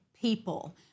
people